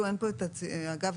אגב,